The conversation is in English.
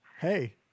Hey